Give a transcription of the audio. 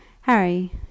Harry